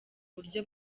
buryo